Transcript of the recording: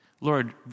Lord